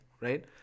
right